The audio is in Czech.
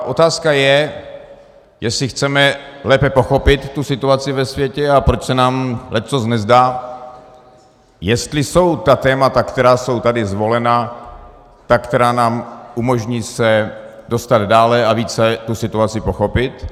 Otázka je, jestli chceme lépe pochopit tu situaci ve světě a proč se nám leccos nezdá, jestli jsou ta témata, která jsou tady zvolena, ta, která nám umožní se dostat dále a více tu situaci pochopit.